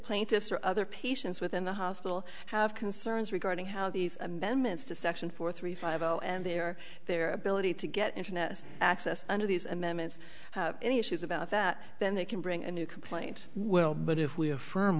plaintiffs or other patients within the hospital have concerns regarding how these amendments to section four three five zero and their their ability to get internet access under these amendments any issues about that then they can bring a new complaint well but if we a